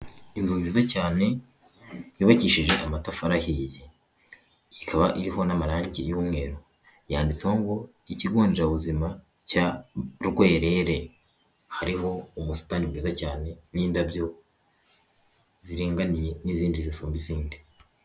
Inzu nziza cyane yubakishije amatafari ahiye ikaba iriho n'amarangi y'umweru, yanditseho ngo ikigo nderabuzima cya Rwerere hariho ubusitani bwiza cyane n'indabyo ziringaniye n'izindi zisumba izindi.